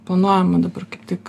planuojama dabar kaip tik